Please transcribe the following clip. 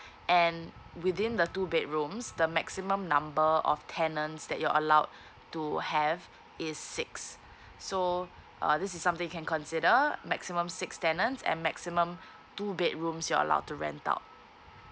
and within the two bedrooms the maximum number of tenants that you're allowed to have is six so uh this is something you can consider maximum six tenants and maximum two bedrooms you're allowed to rent out